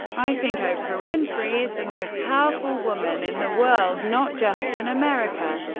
i think oprah winfrey is the most powerful woman in the world, not just in america.